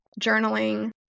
journaling